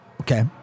Okay